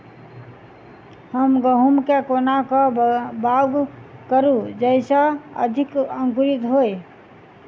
हम गहूम केँ कोना कऽ बाउग करू जयस अधिक अंकुरित होइ?